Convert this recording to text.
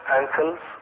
ankles